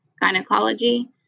gynecology